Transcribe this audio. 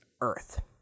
earth